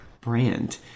brand